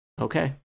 Okay